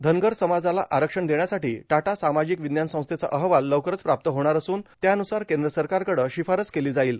धनगर समाजाला आरक्षण देण्यासाठी टाटा सामाजिक विज्ञान संस्थेचा अहवाल लवकरच प्राप्त होणार असून त्यानुसार केंद्र सरकारकडं शिफारस केली जाईल